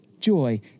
joy